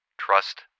Trust